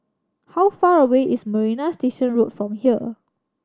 how far away is Marina Station Road from here